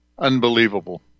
Unbelievable